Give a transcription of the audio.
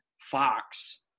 Fox